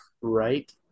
Right